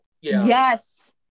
yes